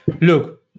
Look